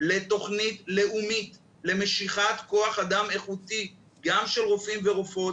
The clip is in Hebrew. לתוכנית לאומית למשיכת כוח אדם איכותי גם של רופאים ורופאות,